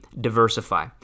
diversify